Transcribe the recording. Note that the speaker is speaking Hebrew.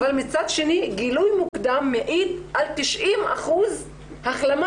אבל מצד שני גילוי מוקדם מאיץ עד 90% החלמה